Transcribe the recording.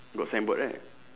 got signboard right